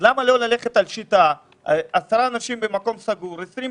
אני יכול לתת לכם הרצאה מה עומד מאחורי ההיערכויות המקצועיות שאנחנו